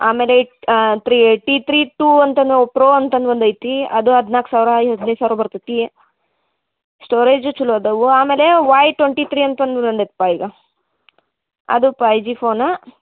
ಆಮೇಲೆ three eighty three two ಅಂತನು pro ಅಂತನು ಒಂದು ಐತೀ ಅದು ಹದಿನಾಲ್ಕು ಸಾವಿರ ಈ ಹದಿನೈದು ಸಾವಿರ ಬರ್ತತೀ ಸ್ಟೋರೇಜು ಚಲೊ ಅದಾವು ಆಮೇಲೆ ವೈ ಟೊಂಟಿ ತ್ರಿ ಅಂತನು ಬಂದೈತಪ ಈಗ ಅದು ಪೈ ಜಿ ಫೋನ್